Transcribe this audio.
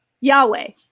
Yahweh